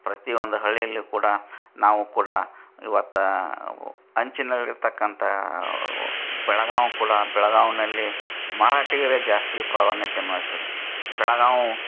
ಪ್ರತಿಯೊಂದು ಹಳ್ಳಿಯಲ್ಲಿ ಕೂಡ ನಾವು ಕೂಡ ಇವತ್ತು ಅಂಚಿನಲ್ಲಿರ್ತಕ್ಕಂಥ ಬೆಳಗಾವಿ ಕೂಡ ಬೆಳಗಾವಿಯಲ್ಲಿ ಮರಾಠಿಗರೇ ಜಾಸ್ತಿ ಪ್ರಾಧಾನ್ಯ ಮಾಡ್ತಾರೆ ಬೆಳಗಾವಿ